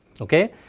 Okay